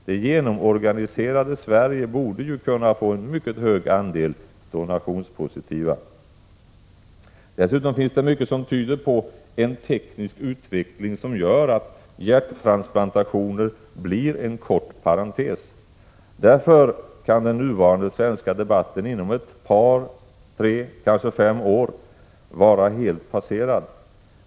Det genomorganiserade Sverige borde ju kunna få en mycket hög andel donationspositiva. Dessutom finns det mycket som tyder på en teknisk utveckling som gör att hjärttransplantationer blir en kort parentes. Därför kan den nuvarande svenska debatten inom ett par tre kanske fem — år vara helt passerad.